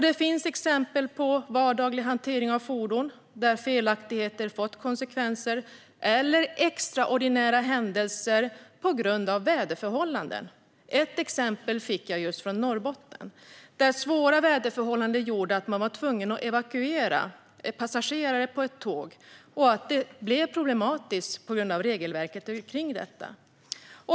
Det kan handla om vardaglig hantering av fordon där felaktigheter fått konsekvenser eller extraordinära händelser på grund av väderförhållanden. Ett exempel fick jag från Norrbotten. Svåra väderförhållanden gjorde att man var tvungen att evakuera passagerare från ett tåg, och det blev problematiskt på grund av regelverket kring detta.